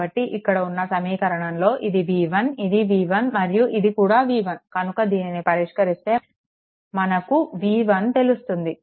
కాబట్టి ఇక్కడ ఉన్న ఈ సమీకరణంలో ఇది v1 ఇది v1 మరియు ఇది కూడా v1 కనుక దీనికి పరిష్కరిస్తే మనకు v1 తెలుస్తుంది